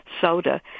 soda